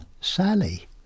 Sally